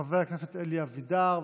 חבר הכנסת אלי אבידר,